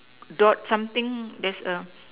dot something there's a